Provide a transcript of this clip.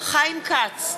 חיים כץ,